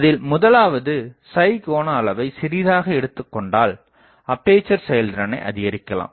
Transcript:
அதில் முதலாவது கோன அளவை சிறிதாக எடுத்துக் கொண்டால் அப்பேசர் செயல்திறனை அதிகரிக்கலாம்